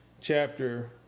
chapter